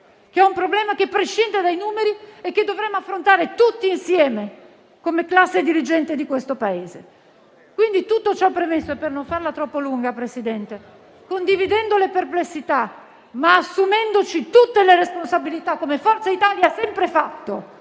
È un problema che prescinde dai numeri e che dovremo affrontare tutti insieme come classe dirigente del Paese. Tutto ciò premesso, per non farla troppo lunga, Presidente, condividendo le perplessità, ma assumendoci tutte le responsabilità, come Forza Italia ha sempre fatto